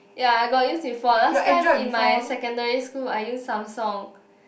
ya I got use before last time in my secondary school I use Samsung